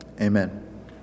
Amen